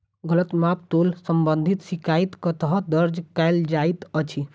गलत माप तोल संबंधी शिकायत कतह दर्ज कैल जाइत अछि?